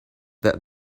that